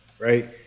right